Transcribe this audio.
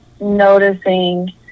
noticing